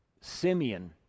Simeon